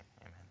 Amen